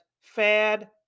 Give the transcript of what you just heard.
fad